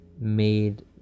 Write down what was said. made